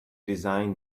design